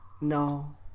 no